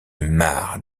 marre